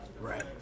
Right